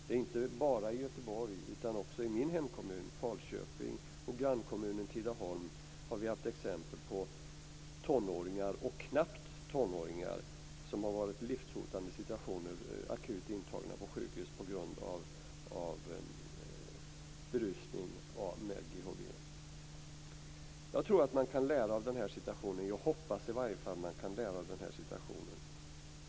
Det är inte bara i Göteborg. Också i min hemkommun Falköping och i grannkommunen Tidaholm har vi haft exempel på tonåringar och knappt tonåringar som har varit i livshotande situationer, akut intagna på sjukhus, på grund av berusning med GHB. Jag tror att man kan lära av den här situationen. Jag hoppas i varje fall att man kan det.